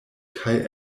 kaj